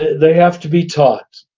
they have to be taught.